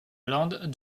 lande